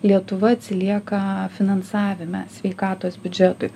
lietuva atsilieka finansavime sveikatos biudžetui